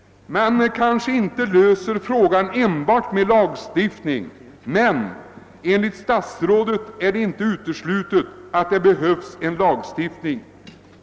Man kanske inte löser den enbart med lagstiftning, men enligt statsrådet är det inte uteslutet att det behövs en lagstiftning.